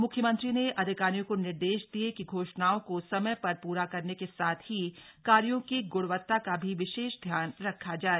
मुख्यमंत्री ने अधिकारियों को निर्देश दिये कि घोषणाओं को समय पर पूरा करने के साथ ही कार्यों की गुणवत्ता का भी विशेष ध्यान रखा जाय